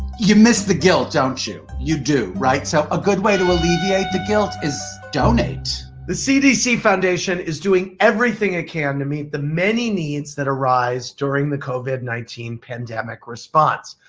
you miss the guilt, don't you? you do, so a good way to alleviate the guilt is donate. the cdc foundation is doing everything it can to meet the many needs that arise during the covid nineteen pandemic response.